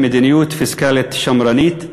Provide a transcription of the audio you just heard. מדיניות פיסקלית שמרנית,